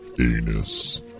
anus